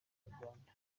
inyarwanda